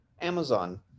Amazon